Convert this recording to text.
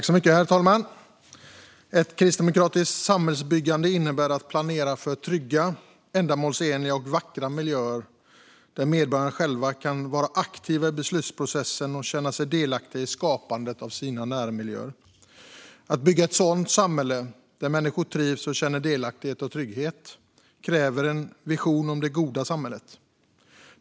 Herr talman! Ett kristdemokratiskt samhällsbyggande innebär att planera för trygga, ändamålsenliga och vackra miljöer där medborgarna själva kan vara aktiva i beslutsprocessen och känna sig delaktiga i skapandet av sina närmiljöer. Att bygga ett sådant samhälle, där människor trivs och känner delaktighet och trygghet, kräver en vision om det goda samhället.